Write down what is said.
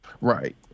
Right